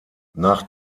nach